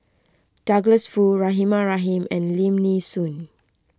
Douglas Foo Rahimah Rahim and Lim Nee Soon